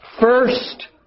First